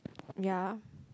ya